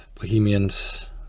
Bohemians